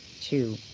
two